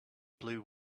blew